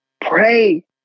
pray